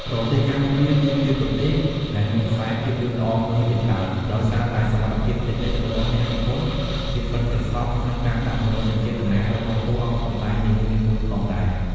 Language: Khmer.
ប្រទេសកម្ពុជាគឺជាប្រទេសដែលមានខ្សែភាពយន្តល្អមើលជាច្រើន ដោយសារតែសមត្ថភាពតិចនិចរបស់អ្នកនិពន្ធ ភាពបុិនប្រសប់ ក្នុងការដាក់មនោសញ្ចេតនា របស់តួអង្គសម្តែងនីមួយៗផងដែរ។